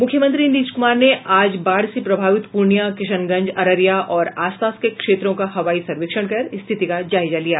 मुख्यमंत्री नीतीश कुमार ने आज बाढ़ से प्रभावित पूर्णियां किशनगंज अररिया और आसपास के क्षेत्रों का हवाई सर्वेक्षण कर स्थिति का जायजा लिया